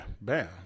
bam